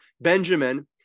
Benjamin